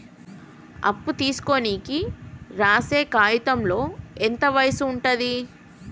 అప్పు తీసుకోనికి రాసే కాయితంలో ఎంత వయసు ఉంటది?